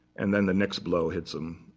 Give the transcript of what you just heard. and then the next blow hits him.